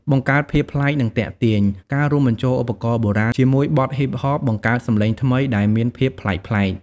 បង្កើតភាពប្លែក និងទាក់ទាញ ការរួមបញ្ចូលឧបករណ៍បុរាណជាមួយបទហ៊ីបហបបង្កើតសម្លេងថ្មី ដែលមានភាពប្លែកៗ។